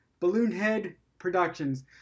balloonheadproductions